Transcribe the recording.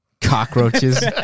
cockroaches